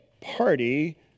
party